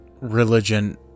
religion